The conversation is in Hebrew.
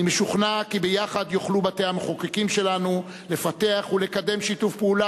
אני משוכנע כי ביחד יוכלו בתי-המחוקקים שלנו לפתח ולקדם שיתוף פעולה